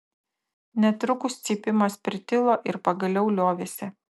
netrukus cypimas pritilo ir pagaliau liovėsi